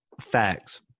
Facts